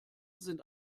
sind